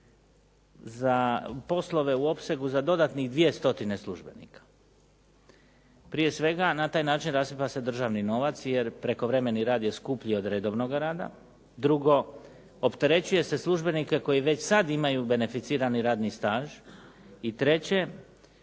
za poslove u opsegu za dodatnih 2 stotine službenika. Prije svega, na taj način rasipa se državni novac jer prekovremeni rad je skuplji od redovnoga rada. Drugo, opterećuje se službenike koji već sad imaju beneficirani radni staž. I treće,